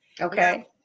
Okay